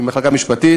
עם המחלקה המשפטית,